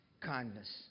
kindness